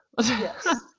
Yes